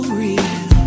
real